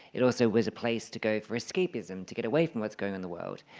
it also was a place to go for escapism, to get away from what's going in the world.